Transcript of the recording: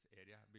area